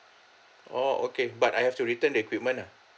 orh okay but I have to return the equipment lah